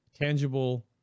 tangible